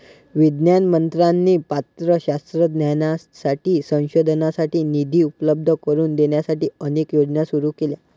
विज्ञान मंत्र्यांनी पात्र शास्त्रज्ञांसाठी संशोधनासाठी निधी उपलब्ध करून देण्यासाठी अनेक योजना सुरू केल्या